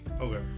Okay